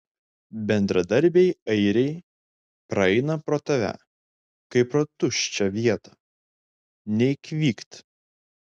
bendradarbiai airiai praeina pro tave kaip pro tuščią vietą nei kvykt